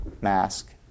mask